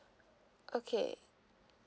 okay